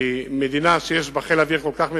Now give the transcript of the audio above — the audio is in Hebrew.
כי מדינה שיש בה חיל אוויר כל כך מפותח,